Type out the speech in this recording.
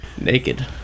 Naked